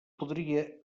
podria